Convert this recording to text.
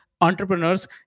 entrepreneurs